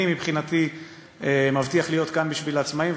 אני מבחינתי מבטיח להיות כאן בשביל העצמאים,